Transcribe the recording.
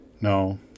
No